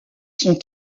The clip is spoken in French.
sont